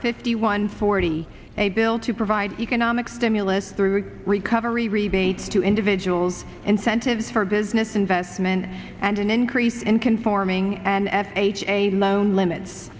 fifty one forty a bill to provide economic stimulus through the recovery rebates to individuals incentives for business investment and an increase in conforming an f h a loan limits